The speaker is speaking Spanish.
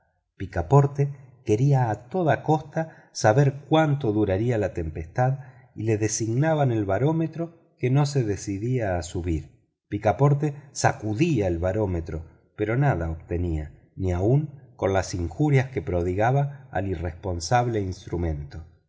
picaporte quería a toda costa saber cuánto duraría la tempestad y le designaban el barómetro que no se decidía a subir picaporte sacudía el barómetro pero nada obtenía ni aun con las injurias que prodigaba al irresponsable instrumento